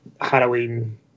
halloween